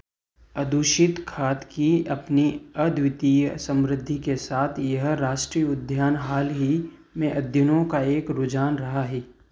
अदूषित खाद की अपनी अद्वितीय समृद्धि के साथ यह राष्ट्रीय उद्यान हाल ही में अध्ययनों का एक रुझान रहा है